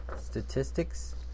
statistics